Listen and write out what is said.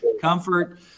Comfort